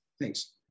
Thanks